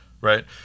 right